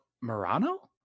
Murano